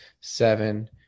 seven